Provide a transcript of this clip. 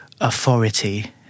Authority